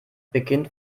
beginnt